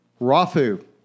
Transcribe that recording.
Rafu